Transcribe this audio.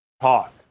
talk